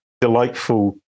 delightful